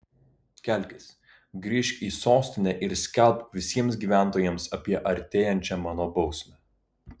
kelkis grįžk į sostinę ir skelbk visiems gyventojams apie artėjančią mano bausmę